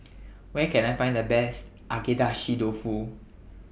Where Can I Find The Best Agedashi Dofu